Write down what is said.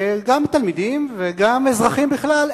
גם תלמידים וגם אזרחים בכלל,